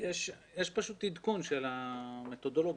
יש עדכון של המתודולוגיה.